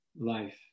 life